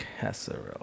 casserole